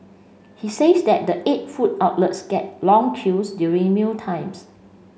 he says that the eight food outlets get long queues during mealtimes